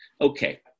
Okay